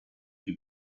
die